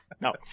no